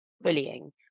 bullying